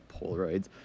Polaroids